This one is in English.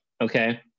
Okay